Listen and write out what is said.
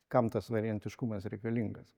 kam tas variantiškumas reikalingas